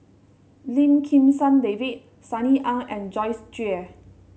Lim Kim San David Sunny Ang and Joyce Jue